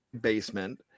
basement